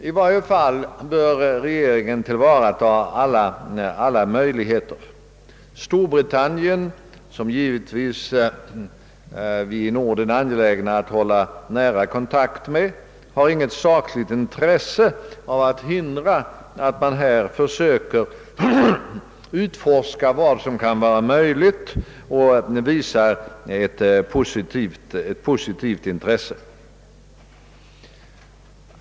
I varje fall bör regeringen energiskt tillvarata alla möjligheter. Storbritannien, som vi givetvis i Norden är angelägna att hålla nära kontakt med, har inget sakligt intresse av att hindra att vi här försöker utforska vad som kan vara möjligt att vi visar ett positivt intresse.